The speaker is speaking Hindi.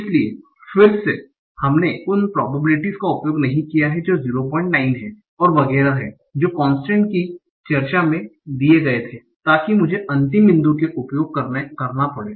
इसलिए फिर से हमने उन प्रोबेबिलिटीस का उपयोग नहीं किया है जो 09 हैं और वगैरह हैं जो कोंसट्रेंट की चर्चा में दिए गए थे ताकि मुझे अंतिम बिंदु में उपयोग करना पड़े